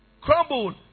crumbled